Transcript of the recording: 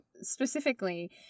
specifically